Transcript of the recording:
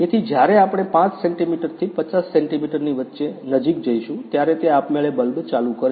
તેથી જ્યારે આપણે 5 સેન્ટિમીટરથી 50 સેન્ટિમીટરની વચ્ચે નજીક જઈશું ત્યારે તે આપમેળે બલ્બ ચાલુ કરશે